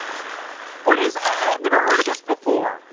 what is i've never heard of this before.